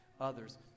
others